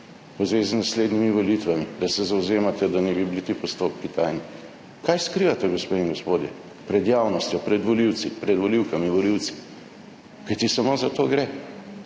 v zvezi z naslednjimi volitvami, da se zavzemate, da naj bi bili ti postopki tajni? Kaj skrivate, gospe in gospodje, pred javnostjo, pred volivci, pred volivkami in volivci? Kajti samo za to gre.